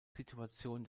situation